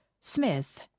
Smith